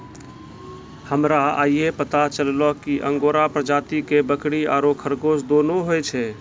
हमरा आइये पता चललो कि अंगोरा प्रजाति के बकरी आरो खरगोश दोनों होय छै